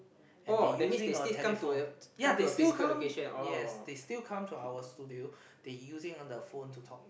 and they using a telephone ya they still come yes they still come to our studio they using on the phone to talk